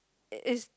it is